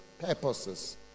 purposes